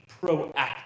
proactive